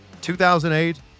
2008